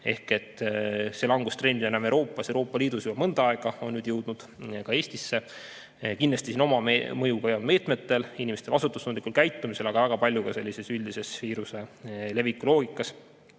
Ehk et see langustrend, mida oleme Euroopas ja Euroopa Liidus näinud juba mõnda aega, on nüüd jõudnud ka Eestisse. Kindlasti on siin oma mõju ka meetmetel ja inimeste vastutustundlikul käitumisel, aga väga palju oleneb ka sellisest üldisest viiruse leviku loogikast